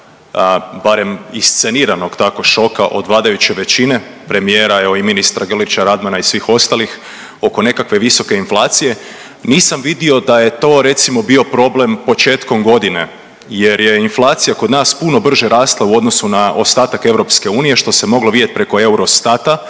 barem isceniranog tako šoka od vladajuće većine, premijera evo i ministra Grlića-Radmana i svih ostalih oko nekakve visoke inflacije nisam vidio da je to recimo bio problem početkom godine jer je inflacija kod nas puno brže rasla u odnosu na ostatak EU što se moglo vidjeti preko EUROSTAT-a